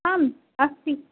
आम् अस्ति